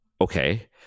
okay